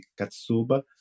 katsuba